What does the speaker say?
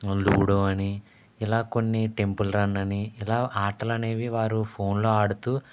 ludo అని ఇలా కొన్ని టెంపుల్ రన్ అని ఇలా ఆటలనేవి వారు ఫోన్లో ఆడుతూ